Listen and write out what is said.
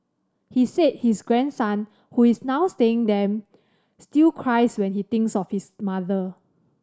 he said his grandson who is now staying them still cries when he thinks of his mother